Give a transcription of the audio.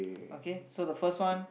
okay so the first one